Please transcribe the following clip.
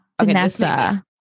Vanessa